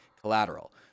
collateral